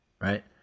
Right